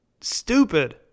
stupid